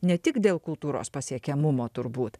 ne tik dėl kultūros pasiekiamumo turbūt